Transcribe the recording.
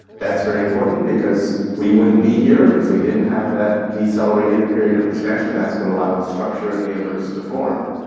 that's very important because we wouldn't be here if we didn't have that decelerated period of expansion, that's what allowed structure in the universe to form.